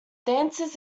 dances